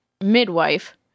midwife